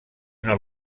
una